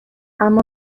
اما